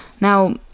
Now